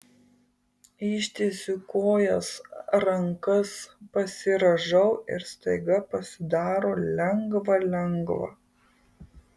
ištiesiu kojas rankas pasirąžau ir staiga pasidaro lengva lengva